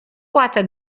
poate